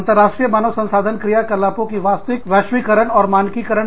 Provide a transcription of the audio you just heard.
अंतरराष्ट्रीय मानव संसाधन क्रियाकलापों की वास्तविक वैश्वीकरण और मानकीकरण